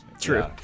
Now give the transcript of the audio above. true